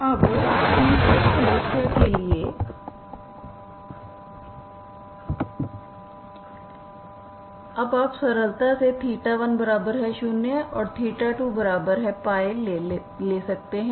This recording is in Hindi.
अब तीसरी समस्या के लिए अब आप सरलता से 1 0 और 2π ले सकते हैं